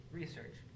research